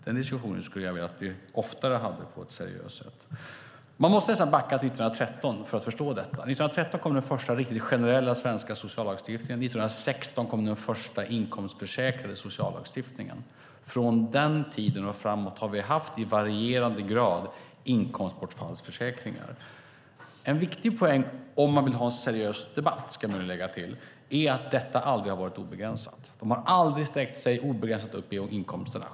Den diskussionen skulle jag vilja att vi förde oftare på ett seriöst sätt. Man måste nästan backa till 1913 för att förstå detta. Då kom den första riktigt generella svenska sociallagstiftningen. År 1916 kom den första sociallagstiftningen med inkomstförsäkring. Från den tiden och framåt har vi haft inkomstbortfallsförsäkringar i varierande grad. En viktig poäng - om man vill ha en seriös debatt, ska jag lägga till - är att detta aldrig har varit obegränsat. Försäkringarna har aldrig sträckt sig obegränsat upp i inkomsterna.